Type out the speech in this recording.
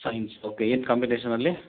science okay ಏನು ಕಾಂಬಿನೇಶನಲ್ಲಿ